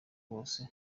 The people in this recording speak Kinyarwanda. kose